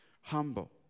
humble